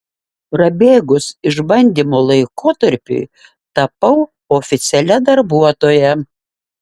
prabėgus išbandymo laikotarpiui tapau oficialia darbuotoja